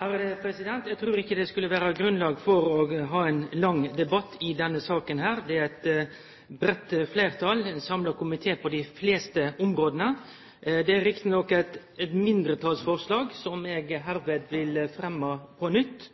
Eg trur ikkje det skulle vere grunnlag for å ha ein lang debatt i denne saka. Det er eit breitt fleirtal og ein samla komité på dei fleste områda. Det er rett nok eit mindretalsforslag, som eg hermed vil fremme på nytt.